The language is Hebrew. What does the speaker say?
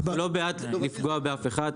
אנחנו לא בעד לפגוע באף אחד,